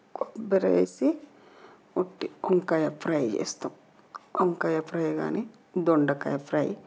కొబ్బరి వేసి ఓట్టి వంకాయ ఫ్రై చేస్తాం వంకాయ ఫ్రై కానీ దొండకాయ ఫ్రై